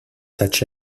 such